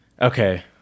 Okay